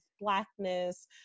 Blackness